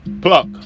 Pluck